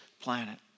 planet